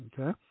Okay